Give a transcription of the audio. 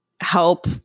help